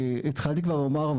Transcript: התחלתי כבר לומר,